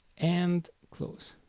and close.